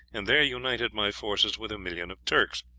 and there united my forces with a million of turks,